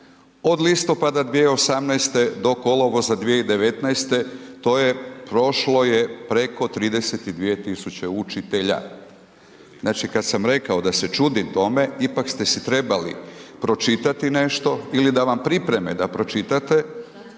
od listopada 2018. do kolovoza 2019. to je prošlo je preko 32.000 učitelja. Znači kad sam rekao da se čudim tome ipak ste si trebali pročitati nešto ili da vam pripreme da pročitate,